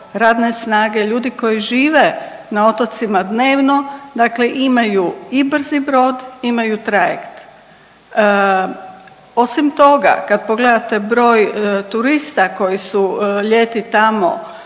radne snage, ljudi koji žive na otocima dnevno dakle imaju i brzi brod, imaju trajekt. Osim toga kad pogledate broj turist koji su ljeti tamo